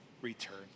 return